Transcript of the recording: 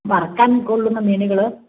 വറുക്കാൻ കൊള്ളുന്ന മീനുകൾ